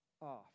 off